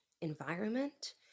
environment